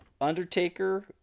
Undertaker